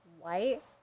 white